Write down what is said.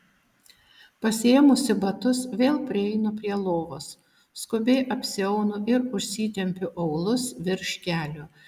pasiėmusi batus vėl prieinu prie lovos skubiai apsiaunu ir užsitempiu aulus virš kelių